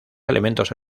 elementos